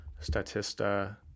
Statista